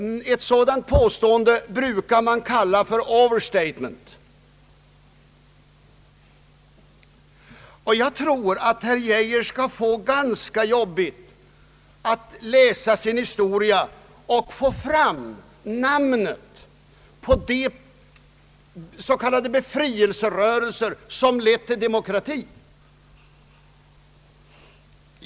Ett sådant påstående brukar man kalla för overstatement. Jag tror att herr Geijer får ganska jobbigt att läsa sin historia för att få fram namnen på de s.k. befrielserörelser som lett till demokrati.